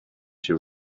she